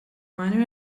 miner